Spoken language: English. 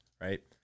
right